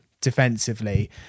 defensively